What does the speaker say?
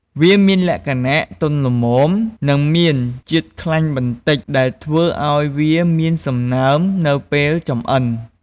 វាមានលក្ខណៈទន់ល្មម និងមានជាតិខ្លាញ់បន្តិចដែលធ្វើឱ្យវាមានសំណើមនៅពេលចម្អិន។